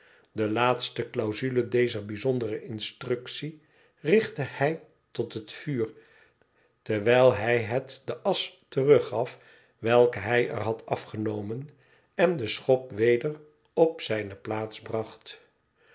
de laatste clausule dezer bijzondere instructie richtte hij tot het vuur terwijl hij het de asch teruggaf welke hij er had afgenomen en de schop weder op zijne plaats bracht